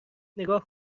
نگاه